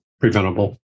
preventable